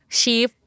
chief